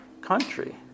country